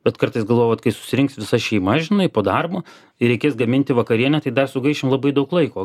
bet kartais galvoju vat kai susirinks visa šeima žinai po darbo ir reikės gaminti vakarienę tai dar sugaišim labai daug laiko